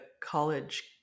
college